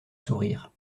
sourire